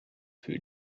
für